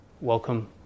Welcome